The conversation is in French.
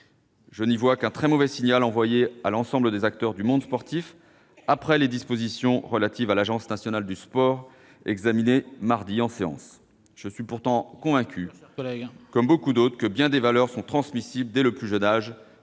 Je n'y vois qu'un très mauvais signal envoyé à l'ensemble des acteurs du monde sportif, après les dispositions relatives à l'Agence nationale du sport examinées mardi en séance. Je suis pourtant convaincu, comme bien d'autres, que bien des valeurs sont transmissibles dès le plus jeune âge